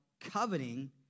coveting